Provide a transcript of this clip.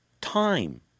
time